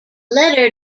letter